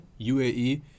UAE